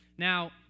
Now